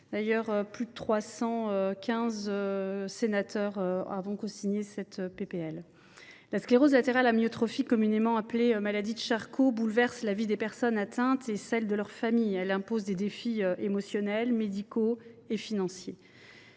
D’ailleurs, 318 d’entre nous l’ont cosigné. La sclérose latérale amyotrophique, communément appelée maladie de Charcot, bouleverse la vie des personnes qui en sont atteintes et celle de leurs familles. Elle impose des défis émotionnels, médicaux et financiers